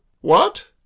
What